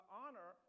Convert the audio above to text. honor